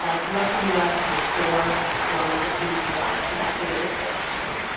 ah throughout the u s. there's four along with the cdc lab, so that data i forthcoming.